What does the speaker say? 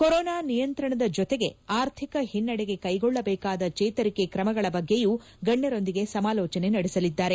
corona ನಿಯಂತ್ರಣದ ಜತೆಗೆ ಆರ್ಥಿಕ ಹಿನ್ನಡೆಗೆ ಕೈಗೊಳ್ಳಬೇಕಾದ ಚೇತರಿಕೆ ಕ್ರಮಗಳ ಬಗ್ಗೆಯೂ ಗಣ್ಯರೊಂದಿಗೆ ಸಮಾಲೋಚನೆ ನಡೆಸಲಿದ್ದಾರೆ